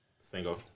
Single